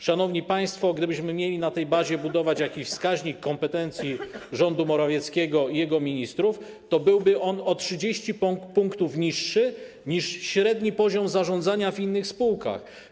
Szanowni państwo, gdybyśmy mieli na tej bazie budować jakiś wskaźnik kompetencji rządu Morawieckiego i jego ministrów, to byłby on o 30 punktów niższy niż średni poziom zarządzania w innych spółkach.